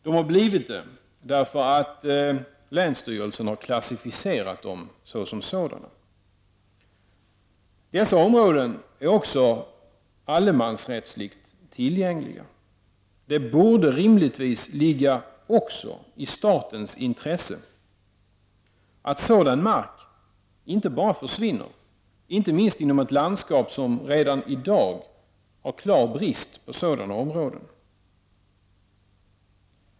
De har blivit det därför att länsstyrelsen har klassificerat dem som sådana. Dessa områden är också allemansrättsligt tillgängliga. Det borde rimligtvis ligga också i statens intresse att sådan mark inte bara försvinner, inte minst inom ett landskap som redan i dag har klar brist på sådana områden.